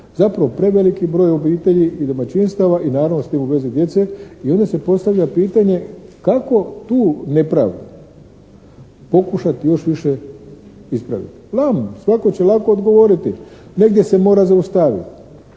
Zapravo preveliki broj obitelji i domaćinstava i s tim u vezi djece. I onda se postavlja pitanje, kako tu nepravdu pokušati još više ispraviti? Znam, svatko će lako odgovoriti. Negdje se mora zaustaviti.